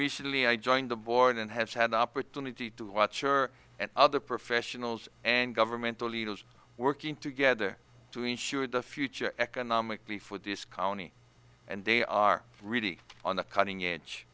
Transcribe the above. recently i joined the board and has had the opportunity to watch sure and other professionals and governmental leaders working together to ensure the future economic beef with this county and they are really on the cutting edge